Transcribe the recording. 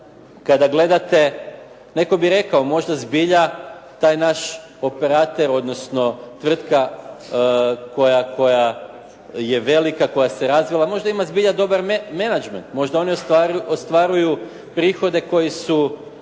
Kada gledate, netko bi rekao možda zbilja taj naš operater, odnosno tvrtka koja je velika, koja se razvila, možda ima zbilja dobar menađment možda oni ostvaruju prihode koji su